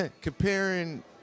comparing